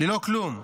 ללא כלום.